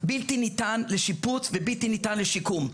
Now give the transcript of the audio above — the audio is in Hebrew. בלתי ניתן לשיפוץ ובלתי ניתן לשיקום.